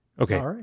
Okay